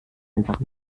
einfach